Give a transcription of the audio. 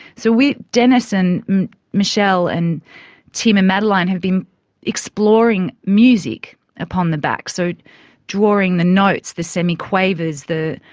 so we, dennis and michelle and tim and madeleine, have been exploring music upon the back, so drawing the notes, the semi-quavers, the,